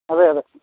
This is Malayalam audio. അതെ അതെ